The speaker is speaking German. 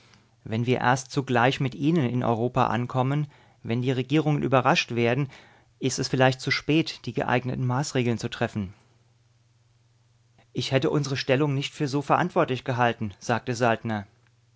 wenn wir erst zugleich mit ihnen in europa ankommen wenn die regierungen überrascht werden ist es vielleicht zu spät die geeigneten maßregeln zu treffen ich hätte unsre stellung nicht für so verantwortlich gehalten sagte saltner